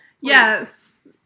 Yes